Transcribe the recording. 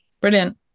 Brilliant